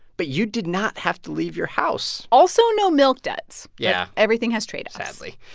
but you did not have to leave your house also, no milk duds yeah everything has trade-offs sadly.